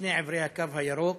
משני עברי הקו הירוק,